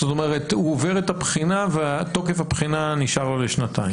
זאת אומרת הוא עובר את הבחינה ותוקף הבחינה נשאר לו לשנתיים.